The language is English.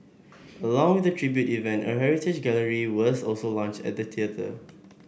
along with the tribute event a heritage gallery was also launched at the theatre